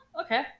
okay